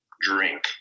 drink